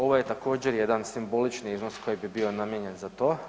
Ovo je također jedan simbolični iznos koji bi bio namijenjen za to.